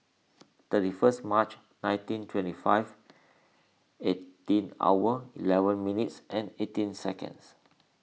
thirty first March nineteen twenty five eighteen hour eleven minutes and eighteen seconds